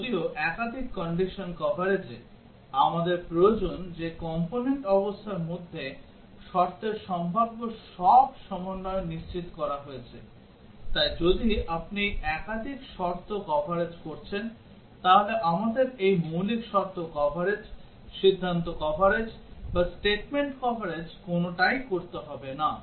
যদিও একাধিক কন্ডিশন কভারেজে আমাদের প্রয়োজন যে কম্পোনেন্ট অবস্থার মধ্যে শর্তের সম্ভাব্য সব সমন্বয় নিশ্চিত করা হয়েছে তাই যদি আপনি একাধিক শর্ত কভারেজ করছেন তাহলে আমাদের এই মৌলিক শর্ত কভারেজ সিদ্ধান্ত কভারেজ বা statement কভারেজ কোনটাই করতে হবে না